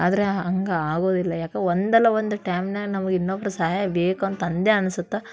ಆದರೆ ಹಂಗೆ ಆಗೋದಿಲ್ಲ ಯಾಕೆ ಒಂದಲ್ಲ ಒಂದು ಟೈಮ್ನ್ಯಾಗ ನಮ್ಗೆ ಇನ್ನೊಬ್ರು ಸಹಾಯ ಬೇಕಂತ ಅಂದೇ ಅನ್ಸುತ್ತೆ